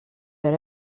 era